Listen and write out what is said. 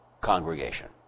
congregation